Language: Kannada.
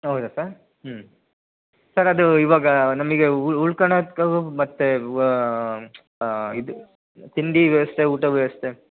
ಹೌದಾ ಸರ್ ಹ್ಞೂ ಸರ್ ಅದು ಈವಾಗ ನಮಗೆ ಉಳ್ಕೊಳಕ್ಕೆ ಮತ್ತು ಇದು ತಿಂಡಿ ವ್ಯವಸ್ಥೆ ಊಟ ವ್ಯವಸ್ಥೆ